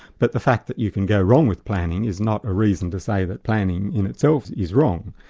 but the fact that you can go wrong with planning is not a reason to say that planning in itself is wrong.